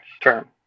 term